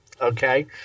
Okay